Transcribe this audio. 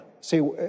See